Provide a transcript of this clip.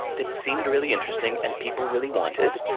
that seemed really interesting and people really wanted,